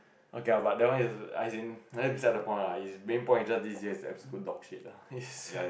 okay ah but that one is as in I think beside the point lah his main point just these days absolute dog shit lah